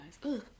guys